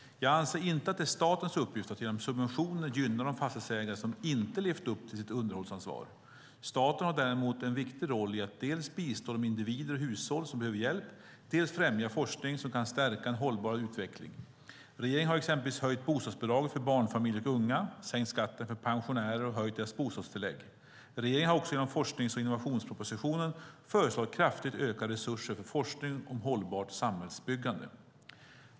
Jag anser inte att det är statens uppgift att genom subventioner gynna de fastighetsägare som inte levt upp till sitt underhållsansvar. Staten har däremot en viktig roll i att dels bistå de individer och hushåll som behöver hjälp, dels främja forskning som kan stärka en hållbar utveckling. Regeringen har exempelvis höjt bostadsbidraget för barnfamiljer och unga, sänkt skatten för pensionärer och höjt deras bostadstillägg. Regeringen har också genom forsknings och innovationspropositionen föreslagit kraftigt ökade resurser för forskning om hållbart samhällsbyggande.